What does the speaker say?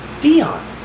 Dion